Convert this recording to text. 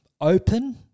open